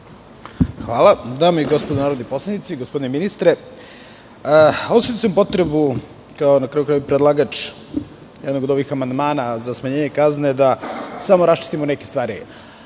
Homen** Dame i gospodo narodni poslanici, gospodine ministre, osetio sam potrebu kao predlagač jednog od ovih amandmana za smanjenje kazne, da samo raščistimo neke stvari.